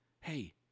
Hey